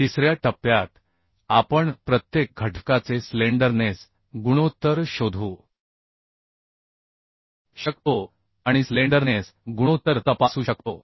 तिसऱ्या टप्प्यात आपण प्रत्येक घटकाचे स्लेंडरनेस गुणोत्तर शोधू शकतो आणि स्लेंडरनेस गुणोत्तर तपासू शकतो